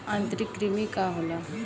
आंतरिक कृमि का होला?